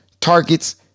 targets